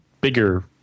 bigger